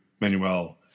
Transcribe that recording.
Manuel